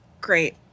Great